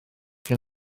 gen